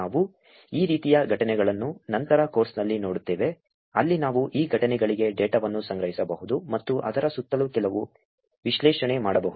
ನಾವು ಈ ರೀತಿಯ ಘಟನೆಗಳನ್ನು ನಂತರ ಕೋರ್ಸ್ನಲ್ಲಿ ನೋಡುತ್ತೇವೆ ಅಲ್ಲಿ ನಾವು ಈ ಘಟನೆಗಳಿಗೆ ಡೇಟಾವನ್ನು ಸಂಗ್ರಹಿಸಬಹುದು ಮತ್ತು ಅದರ ಸುತ್ತಲೂ ಕೆಲವು ವಿಶ್ಲೇಷಣೆ ಮಾಡಬಹುದು